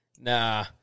Nah